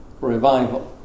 revival